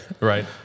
Right